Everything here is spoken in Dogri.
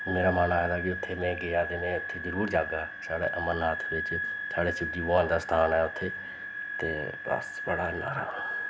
मेरा मन आखदा कि उत्थें में गेआ ते में इत्थें जरूर जाह्गा साढ़ा अमरनाथ बिच्च साढ़े शिवजी भगवान दा स्थान ऐ उत्थें ते बस बड़ा इ'न्ना हारा